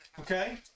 okay